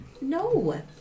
No